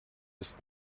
ist